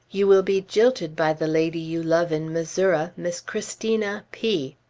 you will be jilted by the lady you love in missouri, miss christina p.